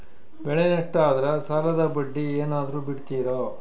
ಬೆಳೆ ನಷ್ಟ ಆದ್ರ ಸಾಲದ ಬಡ್ಡಿ ಏನಾದ್ರು ಬಿಡ್ತಿರಾ?